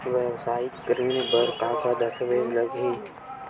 वेवसायिक ऋण बर का का दस्तावेज लगही?